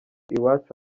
iwacu